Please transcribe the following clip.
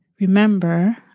remember